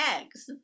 eggs